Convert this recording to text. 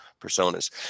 personas